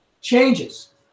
changes